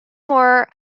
more